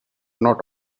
not